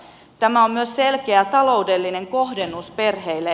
tämä on myös selkeä taloudellinen kohdennus perheille